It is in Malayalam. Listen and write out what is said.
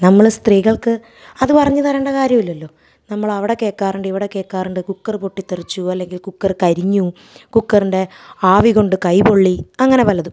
നമ്മൾ സ്ത്രീകൾക്ക് അത് പറഞ്ഞ് തരേണ്ട കാര്യമില്ലല്ലോ നമ്മളവിടെ കേൾക്കാറുണ്ട് ഇവിടെ കേൾക്കാറുണ്ട് കുക്കറ് പൊട്ടിത്തെറിച്ചു അല്ലെങ്കിൽ കുക്കറ് കരിഞ്ഞു കുക്കറിൻ്റെ ആവി കൊണ്ട് കൈ പൊള്ളി അങ്ങനെ പലതും